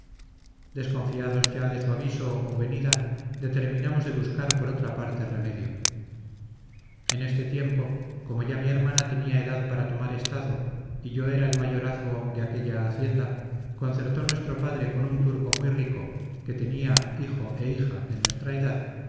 desconfiados ya de su aviso o venida determinamos de buscar por otra parte remedio en este tiempo como ya mi hermana tenía edad para tomar estado y yo era el mayorazgo de aquella hacienda concertó nuestro padre con un turco muy rico que tenía hijo e hija de nuestra edad